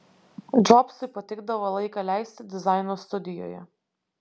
džobsui patikdavo laiką leisti dizaino studijoje